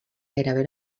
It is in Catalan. gairebé